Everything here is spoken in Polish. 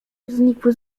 znikły